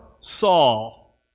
Saul